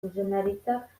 zuzendaritzak